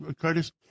Curtis